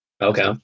okay